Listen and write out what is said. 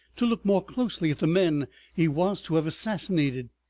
to look more closely at the men he was to have assassinated.